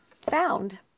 found